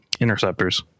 Interceptors